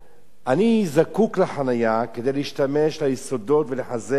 אני זקוק לחנייה כדי להשתמש ליסודות ולחזק את הבניין,